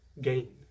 gain